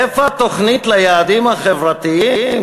איפה התוכנית של היעדים החברתיים?